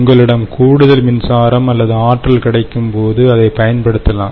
உங்களிடம் கூடுதல் மின்சாரம் அல்லது ஆற்றல் கிடைக்கும்போது அதைப் பயன்படுத்தலாம்